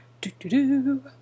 Do-do-do